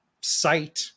site